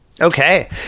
Okay